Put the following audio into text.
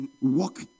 walk